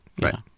Right